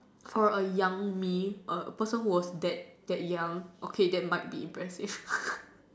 for a young me a person who was that that young okay that might be impressive